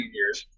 years